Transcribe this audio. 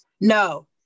No